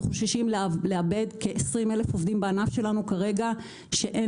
אנחנו חוששים לאבד כ-20,000 עובדים בענף שלנו כרגע שאין